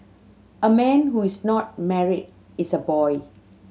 a man who is not married is a boy